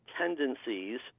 tendencies